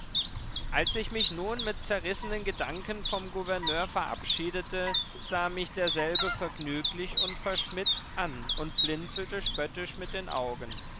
als ich mich nun mit zerrissenen gedanken vom gouverneur verabschiedete sah mich derselbe vergnüglich und verschmitzt an und blinzelte spöttisch mit den augen